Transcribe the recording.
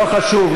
לא חשוב,